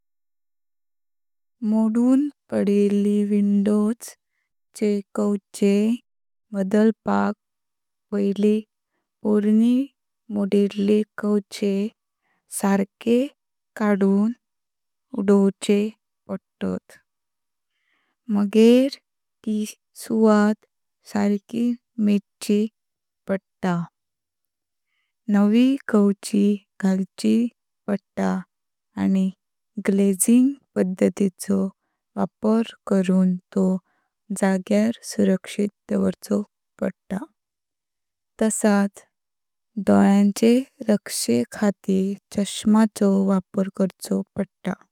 मोदून पडिल्ली विंडोज चे कावचे बदलपाक पयली पोर्णी मोदिल्लि कावचे सारके काडून उदोवचे पडतात, मगर त सुवात सारकी मेजची पडतात। नवी कावची घालची पडतात आनी ग्लेझिंग पद्धतिचो वापर करून तो जगाार सुरक्षित दावरचो पडतात। तसच डोल्यांचेर रक्षे खातीर चष्मा चो वापर करचो पडतात।